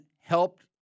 helped